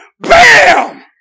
BAM